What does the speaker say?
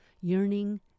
yearning